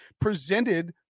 presented